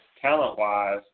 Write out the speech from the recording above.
talent-wise